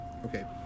Okay